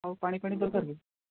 ଆଉ ପାଣିଫାଣି ଦରକାର କି